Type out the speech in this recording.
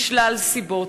משלל סיבות,